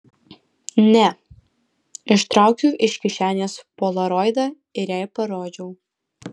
ne ištraukiau iš kišenės polaroidą ir jai parodžiau